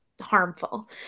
harmful